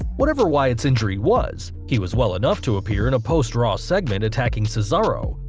whatever wyatt's injury was, he was well enough to appear in a post-raw segment attacking cesaro,